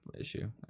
issue